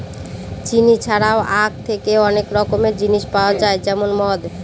চিনি ছাড়াও আঁখ থেকে অনেক রকমের জিনিস পাওয়া যায় যেমন মদ